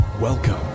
Welcome